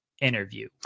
interview